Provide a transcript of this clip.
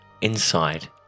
Inside